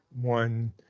One